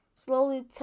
slowly